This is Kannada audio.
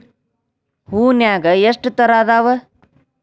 ಹೂನ್ಯಾಗ ಎಷ್ಟ ತರಾ ಅದಾವ್?